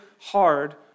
hard